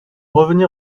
revenir